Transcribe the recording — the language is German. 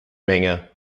menge